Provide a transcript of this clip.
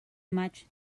much